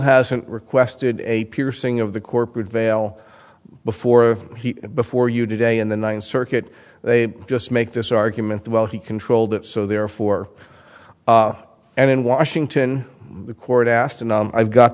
hasn't requested a piercing of the corporate veil before he before you today in the ninth circuit they just make this argument that well he controlled it so therefore and in washington the court asked and i've got